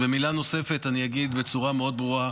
במילה נוספת אני אגיד בצורה מאוד ברורה: